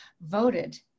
voted